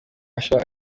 usher